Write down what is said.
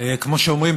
כמו שאומרים,